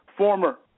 former